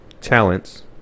talents